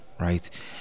right